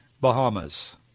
Bahamas